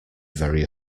very